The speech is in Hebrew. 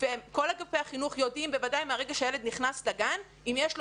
וכל אגפי החינוך יודעים מרגע שהילד נכנס לגן אם יש לו